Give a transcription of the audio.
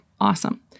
Awesome